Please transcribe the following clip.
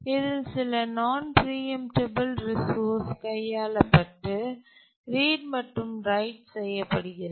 இதில் சில நான் பிரீஎம்டபல் ரிசோர்ஸ் கையாளப்பட்டு ரீட் மற்றும் ரைட் செய்யப்படுகிறது